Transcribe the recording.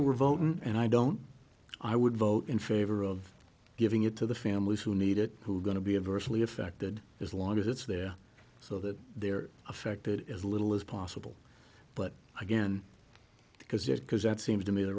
would vote and i don't i would vote in favor of giving it to the families who need it who are going to be adversely affected as long as it's they're so that they're affected as little as possible but again because just because that seems to me the